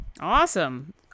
Awesome